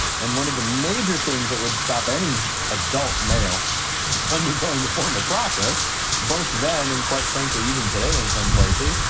and one of the major things that would stop any adult male from undergoing the formal process both then and quite frankly even today in some places,